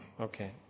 okay